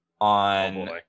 on